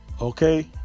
Okay